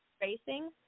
Racing